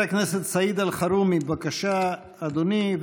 חבר הכנסת סעיד אלחרומי, בבקשה, אדוני.